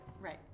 Right